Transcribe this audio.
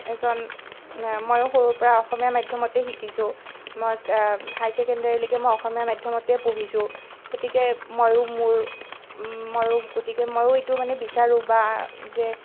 এজন ময়ো সৰুৰ পৰা অসমীয়া মাধ্যমতেই শিকিছোঁ মই হায়াৰ ছেকেণ্ডেৰীলৈকে মই অসমীয়া মাধ্যমতেই পঢ়িছোঁ গতিকে ময়ো মোৰ ময়ো গতিকে ময়ো এইটো মানে বিচাৰোঁ বা যে